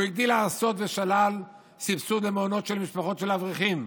הוא הגדיל לעשות ושלל סבסוד למעונות של משפחות של אברכים.